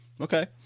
okay